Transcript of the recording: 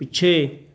ਪਿੱਛੇ